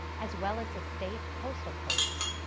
as well as the state postal codes.